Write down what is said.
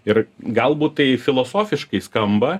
ir galbūt tai filosofiškai skamba